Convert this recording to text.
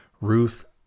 Ruth